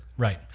Right